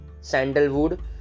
sandalwood